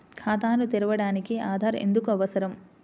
ఖాతాను తెరవడానికి ఆధార్ ఎందుకు అవసరం?